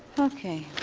okay.